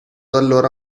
allora